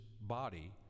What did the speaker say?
body